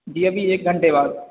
जी अभी एक घंटे बाद